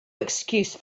excuse